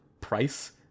price